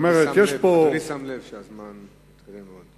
אדוני שם לב שהזמן תם.